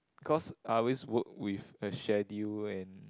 cause I always work with a schedule and